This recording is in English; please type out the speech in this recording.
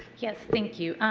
yes, thank you.